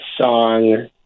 song